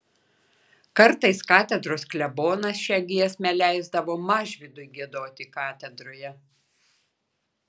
kartais katedros klebonas šią giesmę leisdavo mažvydui giedoti katedroje